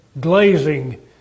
glazing